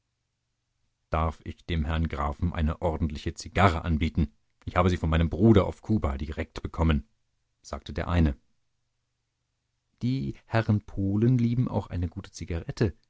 darf ich dem herrn grafen eine ordentliche zigarre anbieten ich habe sie von meinem bruder auf kuba direkt bekommen sagte der eine die herren polen lieben auch eine gute zigarette